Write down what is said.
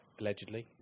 allegedly